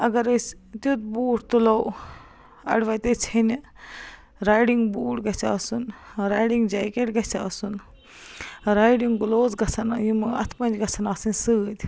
اگر أسۍ تیُتھ بوٗٹھ تُلو اَڑوتے ژھیٚنہِ رایڈنٛگ بوٗٹھ گَژھِ آسُن رایڈنٛگ جاکیٹ گَژھِ آسُن رایڈنٛگ گُلوز گَژھن یِم اَتھٕ پنٛج گَژھن آسٕنۍ سۭتۍ